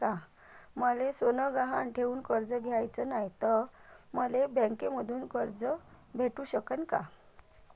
मले सोनं गहान ठेवून कर्ज घ्याचं नाय, त मले बँकेमधून कर्ज भेटू शकन का?